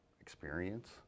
experience